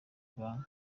ibanga